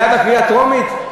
זה היה בקריאה טרומית?